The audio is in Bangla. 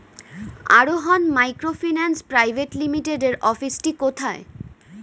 আরোহন মাইক্রোফিন্যান্স প্রাইভেট লিমিটেডের অফিসটি কোথায়?